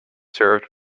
served